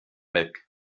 weg